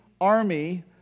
army